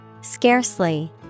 Scarcely